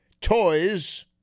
toys